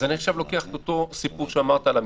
אני לוקח את אותו סיפור על המבנה